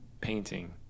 painting